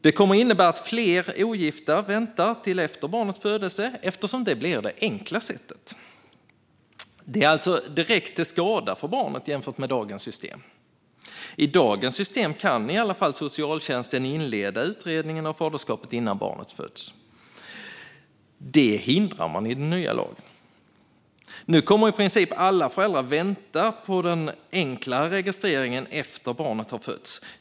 Det kommer att innebära att fler ogifta väntar till efter barnets födelse, eftersom det blir det enkla sättet. Det är alltså direkt till skada för barnet jämfört med dagens system. Med dagens system kan socialtjänsten i alla fall inleda utredningen av faderskapet innan barnet föds. Det hindras med den nya lagen. Nu kommer i princip alla föräldrar att vänta på den enkla registreringen efter att barnet har fötts.